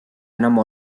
enam